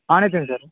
on అవుతుంది sir